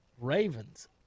Ravens